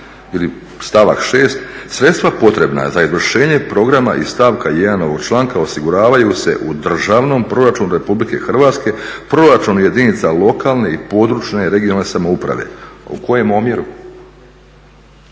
ili stavak 6., sredstva potrebna za izvršenje programa iz stavka 1. ovog članka osiguravaju se u državnom proračunu Republike Hrvatske, proračunu jedinica lokalne i područne (regionalne) samouprave. U kojem omjeru?